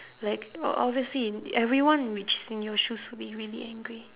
like o~ obviously everyone which is in your shoes would be really angry